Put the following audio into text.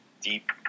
deep